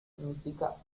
significa